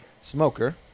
smoker